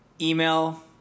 Email